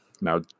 Now